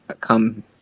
come